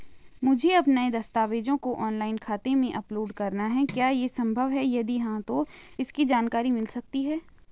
मुझे अपने दस्तावेज़ों को ऑनलाइन खाते में अपलोड करना है क्या ये संभव है यदि हाँ तो इसकी जानकारी मिल सकती है?